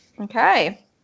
Okay